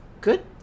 good